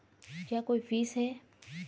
क्या कोई फीस है?